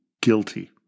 guilty